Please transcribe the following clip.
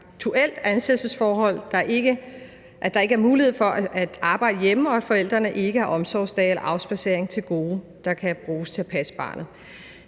aktuelt ansættelsesforhold, at der ikke er mulighed for at arbejde hjemme, og at forældrene ikke har omsorgsdage eller afspadsering til gode, der kan bruges til at passe barnet.